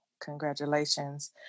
congratulations